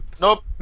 Nope